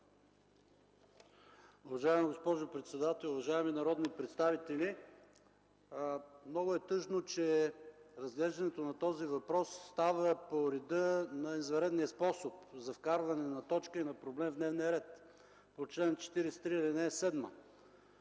Уважаема госпожо председател, уважаеми народни представители, много е тъжно, че разглеждането на този въпрос става по реда на извънредния способ за вкарване на точка и на проблем в дневния ред – по чл. 43, ал. 7.